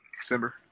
December